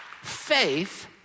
faith